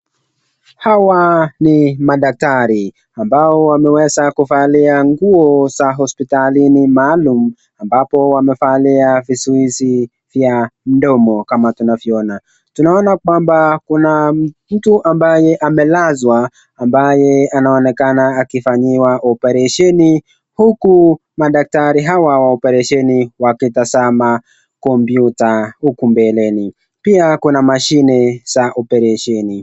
Hawa ni madaktari, ambao wameweza kuvalia nguo za hospitalini maalum, ambapo wamevalia vizuizi vya mdomo kama tunavyoona. Tunaona kwamba kuna mtu ambaye amelazwa, ambaye anaonekana akifanyiwa oparesheni huku madaktari hawa wa oparesheni wakitazama kompyuta, huku mbeleni. Pia kuna mashine za oparesheni.